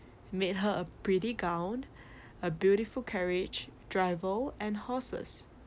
made her a pretty gown a beautiful carriage driver and horses